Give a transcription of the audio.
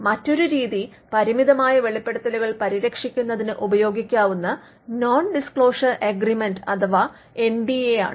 മറ്റൊരു രീതി പരിമിതമായ വെളിപ്പെടുത്തലുകൾ പരിരക്ഷിക്കുന്നതിന് ഉപയോഗിക്കാവുന്ന നോൺ ഡിസ്ക്ലോഷർ അഗ്രീമെൻറ്സ് അഥവാ എൻ ഡി എ ആണ്